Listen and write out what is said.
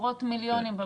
עשרות מיליונים,